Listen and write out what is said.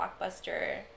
blockbuster